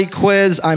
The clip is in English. quiz